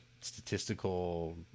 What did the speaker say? statistical